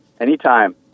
Anytime